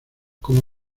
como